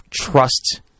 trust